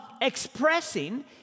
expressing